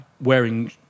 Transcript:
wearing